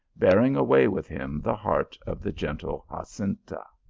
bearing away with him the heart of the gen tle jacinta.